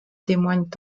témoignent